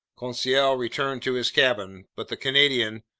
conseil returned to his cabin but the canadian,